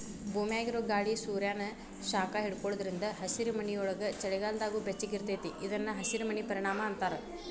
ಭೂಮ್ಯಾಗಿರೊ ಗಾಳಿ ಸೂರ್ಯಾನ ಶಾಖ ಹಿಡ್ಕೊಳೋದ್ರಿಂದ ಹಸಿರುಮನಿಯೊಳಗ ಚಳಿಗಾಲದಾಗೂ ಬೆಚ್ಚಗಿರತೇತಿ ಇದನ್ನ ಹಸಿರಮನಿ ಪರಿಣಾಮ ಅಂತಾರ